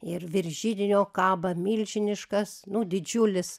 ir virš židinio kaba milžiniškas nu didžiulis